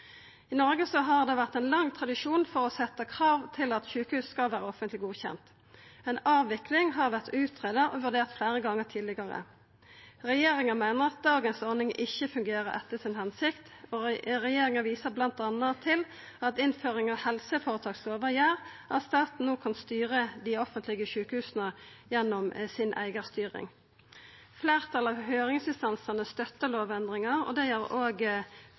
I Noreg har det vore ein lang tradisjon for å setja krav om at sjukehus skal vera offentleg godkjende. Ei avvikling har vore greidd ut og vurdert fleire gonger tidlegare. Regjeringa meiner at dagens ordning ikkje fungerer etter hensikta, og viser bl.a. til at innføringa av helseføretakslova gjer at staten no kan styra dei offentlege sjukehusa gjennom eigarstyringa si. Fleirtalet av høyringsinstansane støttar lovendringa. Det gjer